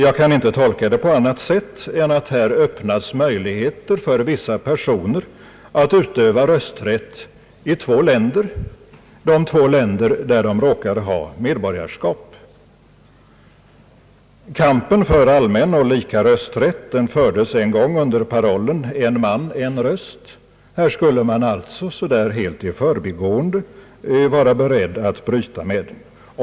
Jag kan inte tolka det på annat sätt än att det här öppnas möjligheter för vissa personer att utöva rösträtt i två länder — de två länder där de råkar ha medborgarskap. Kampen för allmän och lika rösträtt fördes en gång under parollen »en man — en röst», Här skulle man alltså helt i förbigående vara beredd att bryta mot denna princip.